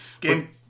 Game